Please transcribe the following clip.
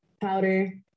powder